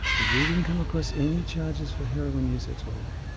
we didn't come across any charges for heroin use at all.